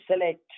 select